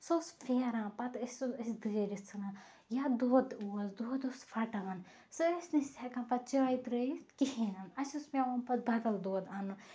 سُہ اوس پھیران پَتہٕ ٲسۍ سُہ أسۍ دٲرِتھ ژھٕنان یا دۄد اوس دۄد اوس پھٹان سُہ ٲسۍ نہٕ أسۍ ہیٚکان پَتہٕ چایہِ ترٲیِتھ کِہیٖنۍ اَسہِ اوس پیٚوان پَتہٕ بدل دۄد اَنُن